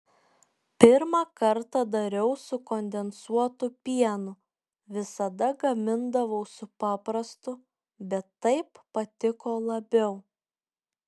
pirmą kartą dariau su kondensuotu pienu visada gamindavau su paprastu bet taip patiko labiau